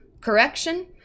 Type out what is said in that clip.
correction